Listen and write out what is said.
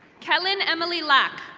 kellen emily lack.